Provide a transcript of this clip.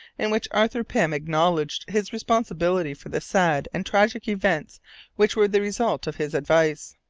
in which arthur pym acknowledged his responsibility for the sad and tragic events which were the results of his advice.